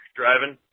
driving